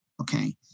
Okay